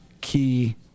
key